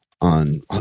on